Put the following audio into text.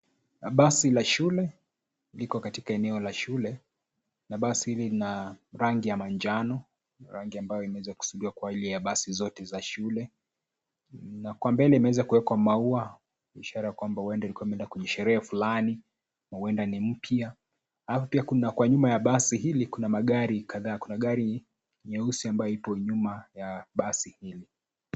Basi la shule, liko katika eneo la shule na basi hili lina rangi ya manjano. Rangi ambayo imeweza kusudiwa kuwa ile ya basi zote za shule. Na kwa mbele imeweza kuwekwa maua, ishara ya kwamba huenda limeenda kwenye sherehe flani, huenda ni mpya. Alafu pia, kuna kwa nyuma ya basi hili kuna magari kadhaa. Kuna magari nyeusi ambayo ipo nyuma ya basi hili.